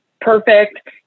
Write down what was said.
perfect